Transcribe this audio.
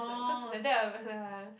cause like that I'm ya